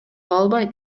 албайт